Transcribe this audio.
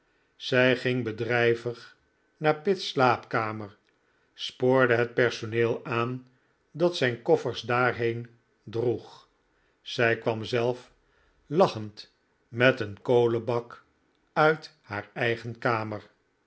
zij ging bedrijvig naar pitt's slaapkamer spoorde het personeel aan dat zijn koffers daarheen droeg zij kwam zelf lachend met een kolenbak uit haar eigen kamer